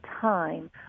time